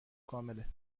کامله